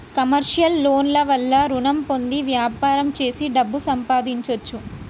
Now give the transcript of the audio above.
commercial loan ల వల్ల రుణం పొంది వ్యాపారం చేసి డబ్బు సంపాదించొచ్చు